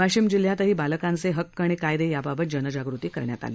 वाशिम जिल्ह्यातही बालकांचे हक्क कायदे याबाबत जनजागृती करण्यात आली